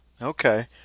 Okay